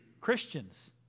Christians